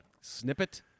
Snippet